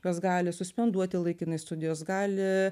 jos gali suspenduoti laikinai studijos gali